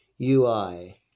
UI